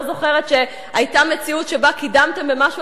לא זוכרת שהיתה מציאות שבה קידמתם במשהו